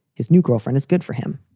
his new girlfriend is good for him.